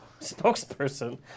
spokesperson